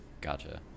Gotcha